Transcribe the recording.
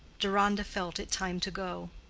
deronda felt it time to go.